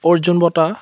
অৰ্জুন বঁটা